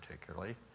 particularly